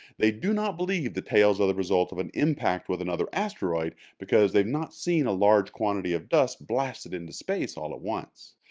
they do not believe the tails are the result of an impact with another asteroid because have not seen a large quantity of dust blasted into space all at once.